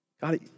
God